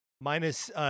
Minus